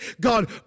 God